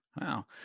Wow